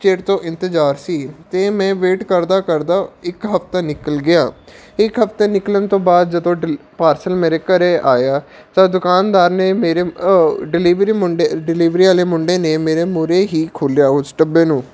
ਚਿਰ ਤੋਂ ਇੰਤਜ਼ਾਰ ਸੀ ਅਤੇ ਮੈਂ ਵੇਟ ਕਰਦਾ ਕਰਦਾ ਇੱਕ ਹਫ਼ਤਾ ਨਿਕਲ ਗਿਆ ਇੱਕ ਹਫ਼ਤੇ ਨਿਕਲਣ ਤੋਂ ਬਾਅਦ ਜਦੋਂ ਡਿਲ ਪਾਰਸਲ ਮੇਰੇ ਘਰ ਆਇਆ ਤਾਂ ਦੁਕਾਨਦਾਰ ਨੇ ਮੇਰੇ ਡਿਲੀਵਰੀ ਮੁੰਡੇ ਡਿਲੀਵਰੀ ਵਾਲੇ ਮੁੰਡੇ ਨੇ ਮੇਰੇ ਮੂਹਰੇ ਹੀ ਖੋਲ੍ਹਿਆ ਉਸ ਡੱਬੇ ਨੂੰ